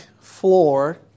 floor